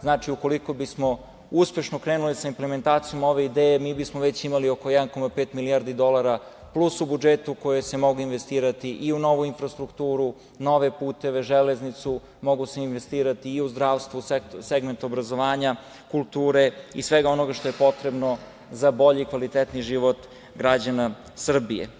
Znači, ukoliko bismo uspešno krenuli sa implementacijom ove ideje, mi bismo već imali oko 1,5 milijardi dolara plus u budžetu koje se mogu investirati i u novu infrastrukturu, nove puteve, železnicu, mogu se investirati i u zdravstvu, segment obrazovanja, kulture i svega onoga što je potrebno za bolji i kvalitetniji život građana Srbije.